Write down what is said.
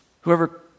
Whoever